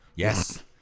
yes